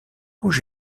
rouge